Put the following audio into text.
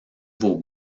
vos